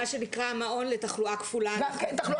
מה שנקרא מעון לתחלואה כפולה.